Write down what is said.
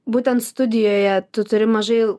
būtent studijoje tu turi mažai